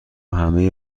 همه